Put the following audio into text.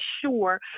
sure